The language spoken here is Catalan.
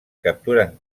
capturen